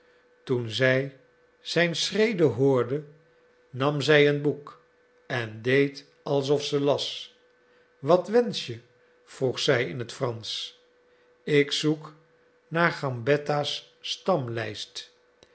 toen zij zijn schreden hoorde nam zij een boek en deed alsof ze las wat wensch je vroeg zij in het fransch ik zoek naar gambetta's stamlijst